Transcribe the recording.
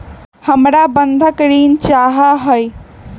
हमरा बंधक ऋण चाहा हई